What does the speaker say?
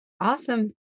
Awesome